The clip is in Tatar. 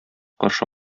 каршы